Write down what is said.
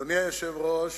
אדוני היושב-ראש,